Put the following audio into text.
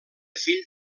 fill